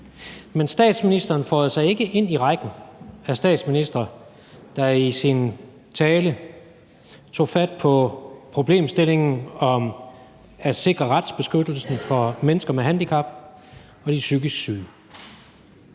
men statsministeren føjer sig ikke ind i rækken af statsministre, der i deres tale tager fat på problemstillingen om at sikre retsbeskyttelsen for mennesker med handicap og de psykisk syge.